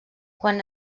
quan